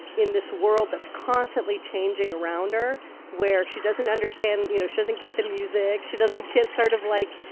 in this world that's constantly changing around her where she doesn't understand you know, she doesn't get the music. she doesn't get sort of, like,